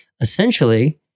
essentially